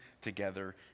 together